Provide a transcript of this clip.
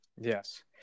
Yes